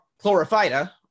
chlorophyta